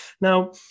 Now